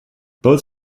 both